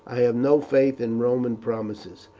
i have no faith in roman promises.